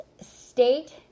state